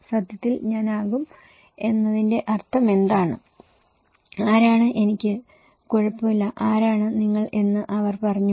സത്യത്തിൽ ഞാൻ ആകും എന്നതിന്റെ അർത്ഥമെന്താണ് ആരാണ് എനിക്ക് കുഴപ്പമില്ല ആരാണ് നിങ്ങൾ എന്ന് അവർ പറഞ്ഞു